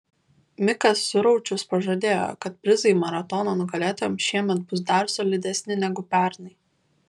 mikas suraučius pažadėjo kad prizai maratono nugalėtojams šiemet bus dar solidesni negu pernai